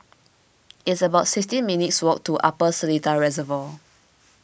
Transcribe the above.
it's about sixteen minutes' walk to Upper Seletar Reservoir